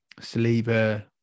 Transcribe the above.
Saliba